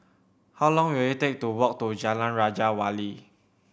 how long will it take to walk to Jalan Raja Wali